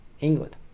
England